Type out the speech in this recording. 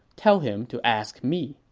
tell him to ask me.